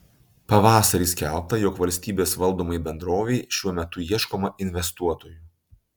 pavasarį skelbta jog valstybės valdomai bendrovei šiuo metu ieškoma investuotojų